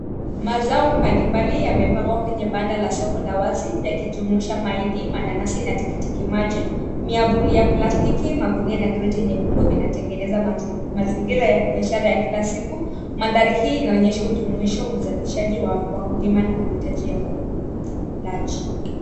Mazao mbalimabli yamepangwa kwenye banda la soko la wazi, yakijumuisha mahindi, mananasi na tikitiki maji. Miavuli ya plastiki, magunia na kreti nyekundu, vinatengeneza mazingira ya biashara. Mandhari hii inaonyesha ujumuisho wa uzalishaji wa wakulima na mahitaji ya walaji.